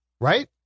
Right